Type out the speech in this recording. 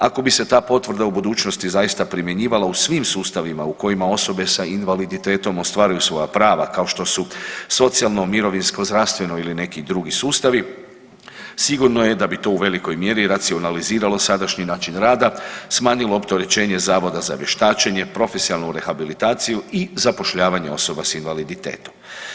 Ako bi se ta potvrda u budućnosti zaista primjenjivala u svim sustavima u kojima osobe sa invaliditetom ostvaruju svoja prava kao što su socijalno, mirovinsko, zdravstveno ili neki drugi sustavi sigurno je da bi to u velikoj mjeri racionaliziralo sadašnji način rada, smanjilo opterećenje Zavoda za vještačenje, profesionalnu rehabilitaciju i zapošljavanja osoba s invaliditetom.